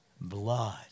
blood